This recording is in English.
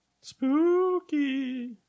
Spooky